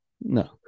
no